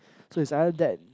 so it's either that